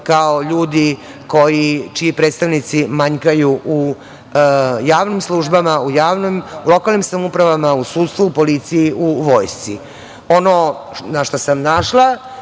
kao ljudi čiji predstavnici manjkaju u javnim službama u lokalnim samoupravama, u sudstvu, u policiji, u vojsci. Ono na šta sam naišla